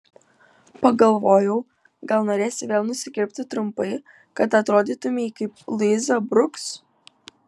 pagalvojau gal norėsi vėl nusikirpti trumpai kad atrodytumei kaip luiza bruks